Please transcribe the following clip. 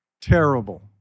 terrible